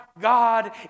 God